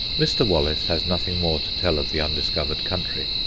mr. wallace has nothing more to tell of the undiscovered country.